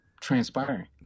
transpiring